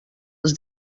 els